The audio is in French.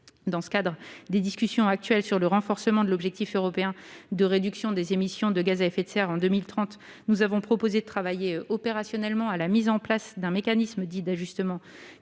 Dans le cadre des discussions actuelles sur le renforcement de l'objectif européen de réduction des émissions de gaz à effet de serre en 2030, nous avons proposé de travailler opérationnellement à la mise en place d'un mécanisme dit d'ajustement carbone